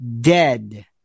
dead